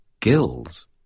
Gills